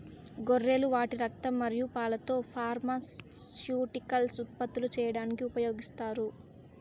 గొర్రెలు వాటి రక్తం మరియు పాలతో ఫార్మాస్యూటికల్స్ ఉత్పత్తులు చేయడానికి ఉపయోగిస్తారు